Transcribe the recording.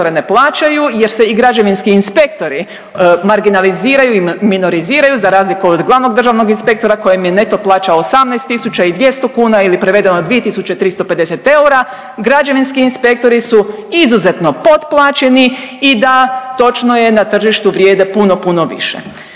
ne plaćaju jer se i građevinski inspektori marginaliziraju i minoriziraju za razliku od glavnog državnog inspektora kojem je neto plaća 18.200 kuna ili prevedeno 2.350 eura, građevinski inspektori su izuzetno potplaćeni i da točno je na tržištu vrijede puno, puno više.